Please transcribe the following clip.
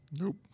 Nope